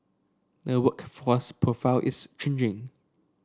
the workforce profile is changing